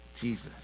Jesus